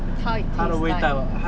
how it taste like